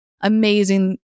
amazing